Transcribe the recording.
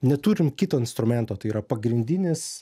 neturim kito instrumento tai yra pagrindinis